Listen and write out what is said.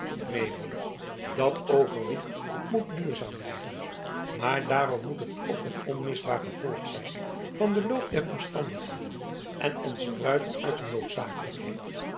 neen broeder dat overwicht moet duurzaam blijven maar daarom moet het ook een onmisbaar gevolg zijn van den loop der omstandigheden en ontspruiten uit de noodzakelijkheid